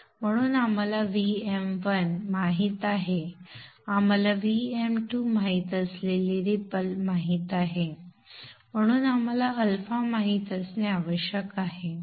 म्हणून आम्हाला Vm1 माहित आहे आम्हाला Vm2 माहित असलेली रिपल माहित आहे आणि म्हणून आम्हाला α माहित असणे आवश्यक आहे